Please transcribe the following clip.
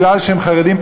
מפני שהם חרדים,